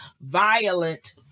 violent